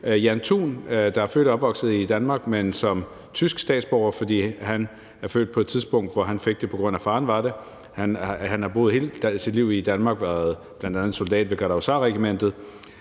Thun: Han er født og opvokset i Danmark, men som tysk statsborger, fordi han er født på et tidspunkt, hvor han fik det tyske statsborgerskab, på grund af at faren var tysker, og han har boet hele sit liv i Danmark og bl.a. været soldat ved Gardehusarregimentet.